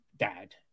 dad